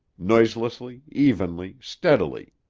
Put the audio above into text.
noiselessly, evenly, steadily,